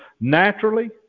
naturally